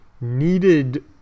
needed